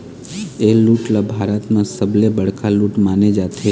ए लूट ल भारत म सबले बड़का लूट माने जाथे